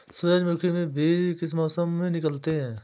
सूरजमुखी में बीज किस मौसम में निकलते हैं?